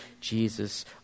Jesus